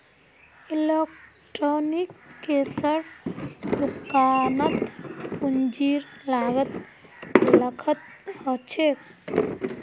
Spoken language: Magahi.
इलेक्ट्रॉनिक्सेर दुकानत पूंजीर लागत लाखत ह छेक